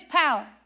power